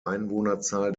einwohnerzahl